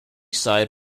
side